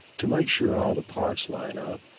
to make sure all the parts line up,